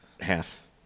half